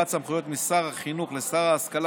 העברת סמכויות משר החינוך לשר ההשכלה